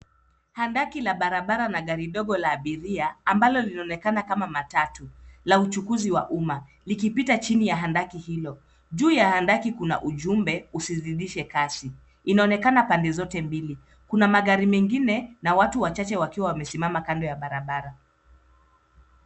Handaki la barabara na gari dogo la abiria ambalo linaonekana kama matatu la uchukuzi wa umma likipita chini ya handaki hilo. Juu ya handaki kuna ujumbe usizidishe kasi inaonekana pande zote mbili. Kuna magari mengine na watu wachache wakiwa wamesimama kando ya barabara.